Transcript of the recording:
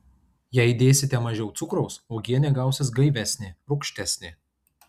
jei dėsite mažiau cukraus uogienė gausis gaivesnė rūgštesnė